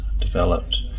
developed